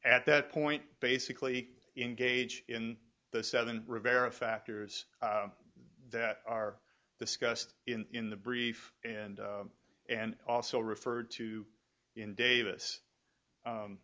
at that point basically engage in the seven rivera factors that are discussed in the brief and and also referred to in davis